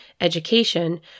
Education